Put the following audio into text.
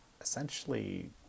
essentially